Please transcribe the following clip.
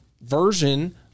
version